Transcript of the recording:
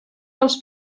dels